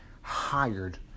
hired